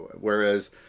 whereas